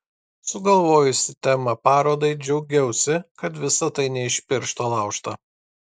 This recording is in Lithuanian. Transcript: sugalvojusi temą parodai džiaugiausi kad visa tai ne iš piršto laužta